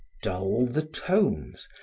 dull the tones,